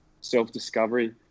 self-discovery